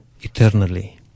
eternally